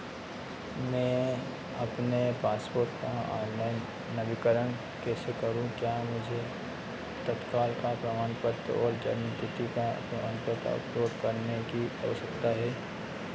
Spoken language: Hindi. मैं अपने पासपोर्ट का ऑनलाइन नवीनीकरण कैसे करूँ क्या मुझे तत्काल का प्रमाण पत्र और जन्मतिथि का प्रमाण पत्र अपलोड करने की आवश्यकता है